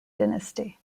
dynasty